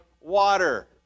water